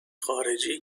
خارجی